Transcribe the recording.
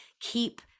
keep